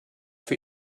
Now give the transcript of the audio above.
für